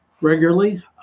regularly